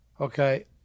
okay